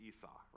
Esau